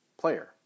player